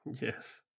Yes